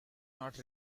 not